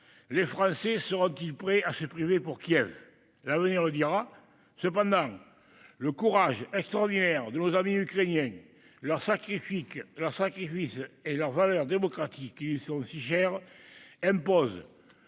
les Français seront-ils prêts à se priver pour Kiev ? L'avenir le dira. Cependant, le courage extraordinaire de nos amis ukrainiens, leurs sacrifices et leurs valeurs démocratiques qui nous sont si chères imposent